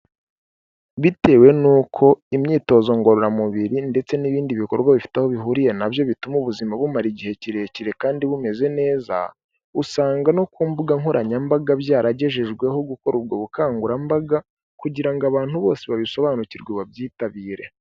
Bitewe n'uko imyitozo ngororamubiri ndetse n'ibindi bikorwa bifite aho bihuriye nabyo bituma ubuzima bumara igihe kirekire kandi bumeze neza, usanga no ku mbuga nkoranyambaga byaragejejweho gukora ubwo bukangurambaga kugirango abantu bose babisobanukirwe babyitabire.